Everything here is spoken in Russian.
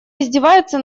издевается